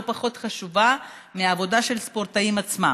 פחות חשובה מהעבודה של הספורטאים עצמם.